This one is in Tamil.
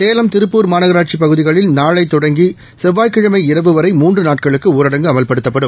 சேலம் திருப்பூர் மாநகராட்சி பகுதிகளில் நாளை தொடங்கி செவ்வாய்க்கிழமை இரவு வரை மூன்று நாட்களுக்கு ஊரடங்கு அமல்படுத்தப்படும்